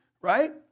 right